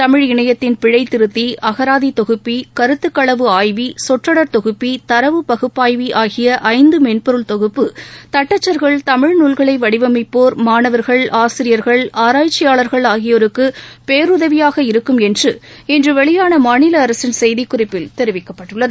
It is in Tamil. தமிழ் இணையத்தின் பிழை திருத்தி அகராதி தொகுப்பி கருத்துக்களவு ஆய்வி சொற்றொடர் தொகுப்பி தரவு பகுப்பாய்வி ஆகிய ஐந்து மென்பொருள் தொகுப்பு தட்டச்சர்கள் தமிழ் நூல்களை வடிவமைப்போர் மாணவர்கள் ஆசிரியர்கள் ஆராய்ச்சியாளர்கள் ஆகியோருக்கு பேருதவியாக இருக்கும் என்று இன்று வெளியான மாநில் அரசின் செய்திக்குறிப்பில் தெரிவிக்கப்பட்டுள்ளது